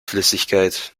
flüssigkeit